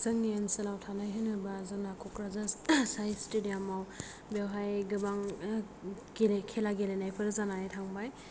जोंनि ओनसोलाव थानाय होनोब्ला जोंना क'कराझार साइ स्थुदियामाव बेवहाय गोबां गेले खेला गेलेनायफोर जानानै थांबाय